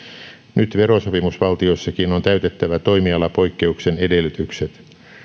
nyt verosopimusvaltiossakin on täytettävä toimialapoikkeuksen edellytykset näin